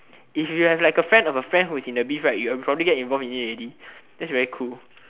if you have like a friend of a friend who is in the beef right you have probably get involved in it already that's very cool